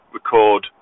Record